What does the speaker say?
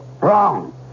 Wrong